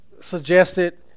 suggested